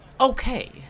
Okay